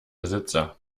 besitzer